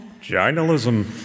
Journalism